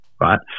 right